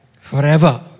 Forever